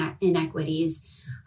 inequities